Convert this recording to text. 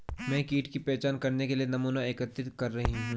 मैं कीट की पहचान करने के लिए नमूना एकत्रित कर रही हूँ